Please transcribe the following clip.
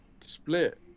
split